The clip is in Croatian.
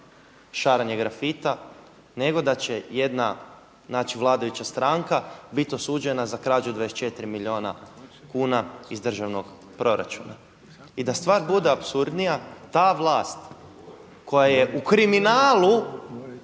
šaranje grafita, nego da će jedna znači vladajuća stranka bit osuđena za krađu 24 milijuna kuna iz državnog proračuna. I da stvar bude apsurdnija, ta vlast koja je u kriminalu